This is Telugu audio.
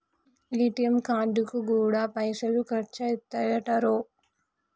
ఏ.టి.ఎమ్ కార్డుకు గూడా పైసలు ఖర్చయితయటరో